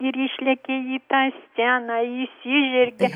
ir išlekia į tą sceną išsižergia